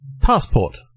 Passport